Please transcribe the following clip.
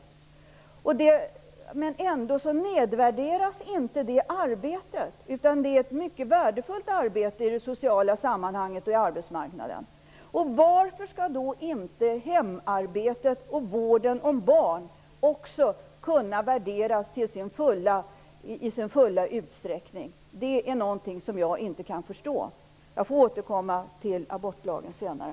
Denne persons arbete nedvärderas ändå inte. Det är ett mycket värdefullt arbete i det sociala sammanhanget och på arbetsmarknaden. Varför skall då inte hemarbete och vården av barn kunna värderas i sin fulla utsträckning? Det är något jag inte kan förstå. Jag får återkomma till frågan om abortlagen senare.